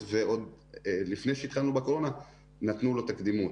ועוד לפני שהתחילה הקורונה נתנו לו את הקדימות.